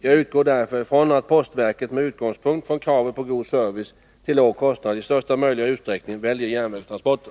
Jag utgår därför ifrån att postverket, med utgångspunkt i kravet på god service till låg kostnad, i största möjliga utsträckning väljer järnvägstransporter.